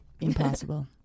Impossible